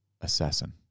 assassin